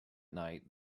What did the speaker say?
night